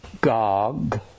Gog